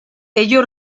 ello